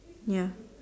ya